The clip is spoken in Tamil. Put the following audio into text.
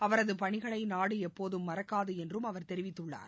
அவரது பணிகளை நாடு எப்போதும் மறக்காது என்றும் அவர் தெரிவித்துள்ளார்